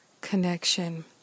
connection